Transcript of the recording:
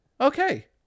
okay